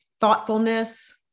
thoughtfulness